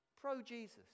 Pro-Jesus